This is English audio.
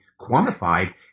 quantified